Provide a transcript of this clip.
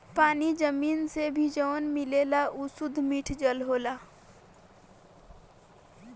पानी जमीन से भी जवन मिलेला उ सुद्ध मिठ जल होला